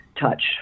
touch